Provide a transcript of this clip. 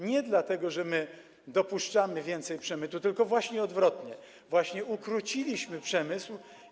Nie dlatego, że dopuszczamy do większego przemytu, tylko właśnie odwrotnie, właśnie ukróciliśmy przemysł.